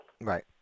right